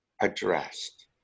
addressed